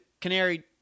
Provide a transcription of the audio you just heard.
canary